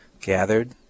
gathered